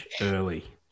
early